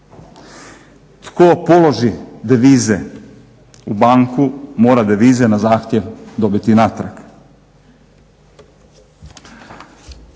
Tko položi devize u banku mora devize na zahtjev dobiti natrag.